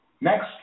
Next